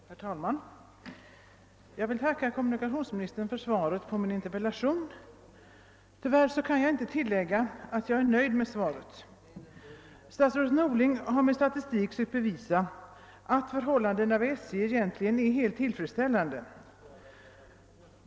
Herr talman! Jag vill tacka kommunikationsministern för svaret på min interpellation. Tyvärr kan jag inte tilllägga att jag är nöjd med svaret. Statsrådet Norling har med statistik sökt bevisa att förhållandena vid SJ egentligen är helt tillfredsställande.